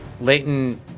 Leighton